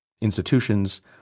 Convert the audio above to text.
institutions